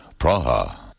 Praha